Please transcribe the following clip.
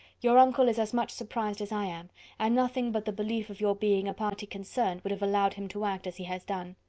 your uncle is as much surprised as i am and nothing but the belief of your being a party concerned would have allowed him to act as he has done.